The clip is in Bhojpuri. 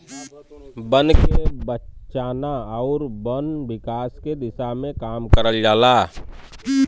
बन के बचाना आउर वन विकास के दिशा में काम करल जाला